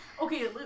Okay